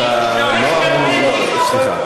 אתה לא אמור, סליחה.